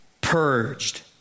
purged